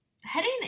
Heading